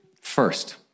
First